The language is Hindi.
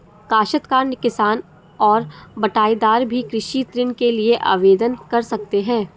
काश्तकार किसान और बटाईदार भी कृषि ऋण के लिए आवेदन कर सकते हैं